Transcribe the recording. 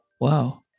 Wow